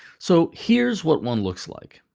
so here's what one looks like.